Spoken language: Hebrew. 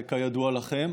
כידוע לכם,